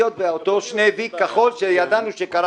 חמוטל בן יעקב, התאחדות בוני הארץ.